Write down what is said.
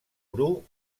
bru